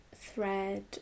thread